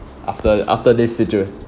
after after this situation